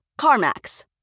CarMax